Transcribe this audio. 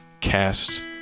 cast